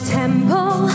temple